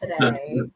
today